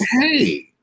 Hey